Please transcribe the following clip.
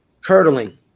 Curdling